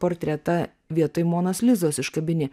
portretą vietoj monos lizos iškabini